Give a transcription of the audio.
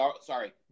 sorry